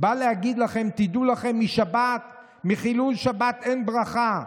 בא להגיד לכם: תדעו לכם, מחילול שבת אין ברכה.